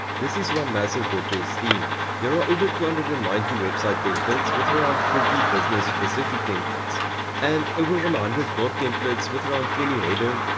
this is one massive wordpress theme. there are over two hundred and ninety website templates with around fifty business-specific templates and over one ah hundred blog templates with around twenty header,